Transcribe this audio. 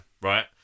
Right